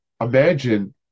imagine